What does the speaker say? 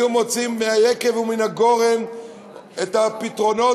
היו מוציאים מהיקב ומהגורן את הפתרונות,